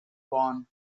vaughan